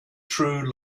true